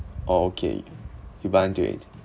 oh okay you buy into it